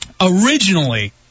originally –